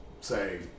say